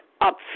up